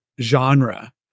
genre